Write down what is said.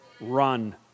Run